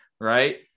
right